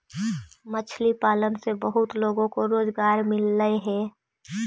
मछली पालन से बहुत लोगों को रोजगार मिलअ हई